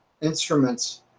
instruments